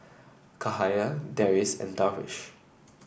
Cahaya Deris and Darwish